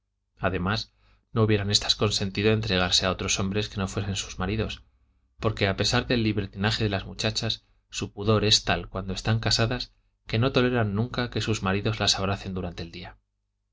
además no hubieran éstas consentido entregarse a otros hombres que no fuesen sus maridos porque a pesar del libertinaje de las muchachas su pudor es tal cuando están casadas que no toleran nunca que sus maridos las abracen durante el día